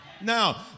Now